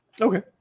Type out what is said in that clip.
okay